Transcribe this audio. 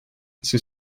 sous